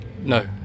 no